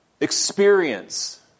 experience